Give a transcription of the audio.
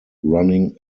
running